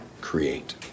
create